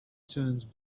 turns